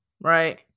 right